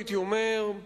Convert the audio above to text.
הייתי אומר,